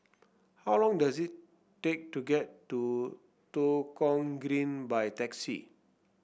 how long does it take to get to Tua Kong Green by taxi